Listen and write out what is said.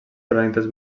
tonalitats